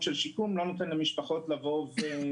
של שיקום ולא נותן למשפחות להתאושש.